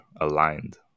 aligned